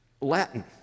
Latin